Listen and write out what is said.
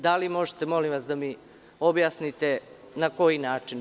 Da li možete, molim vas, da mi objasnite na koji način?